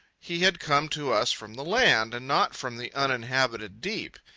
he had come to us from the land, and not from the uninhabited deep.